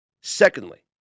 Secondly